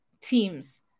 teams